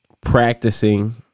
Practicing